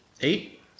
Eight